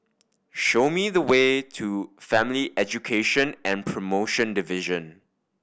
show me the way to Family Education and Promotion Division